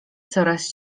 coraz